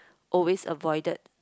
always avoided